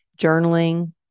journaling